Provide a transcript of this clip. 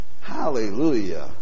Hallelujah